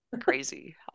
Crazy